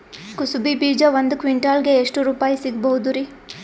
ಕುಸಬಿ ಬೀಜ ಒಂದ್ ಕ್ವಿಂಟಾಲ್ ಗೆ ಎಷ್ಟುರುಪಾಯಿ ಸಿಗಬಹುದುರೀ?